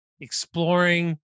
exploring